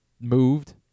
moved